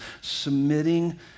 submitting